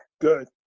good